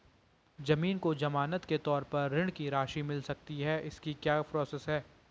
ज़मीन को ज़मानत के तौर पर ऋण की राशि मिल सकती है इसकी क्या प्रोसेस है?